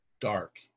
dark